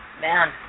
Man